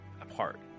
apart